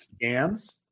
scans